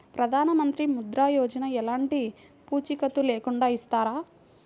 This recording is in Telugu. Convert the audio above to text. ప్రధానమంత్రి ముద్ర యోజన ఎలాంటి పూసికత్తు లేకుండా ఇస్తారా?